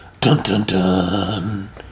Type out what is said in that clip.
Dun-dun-dun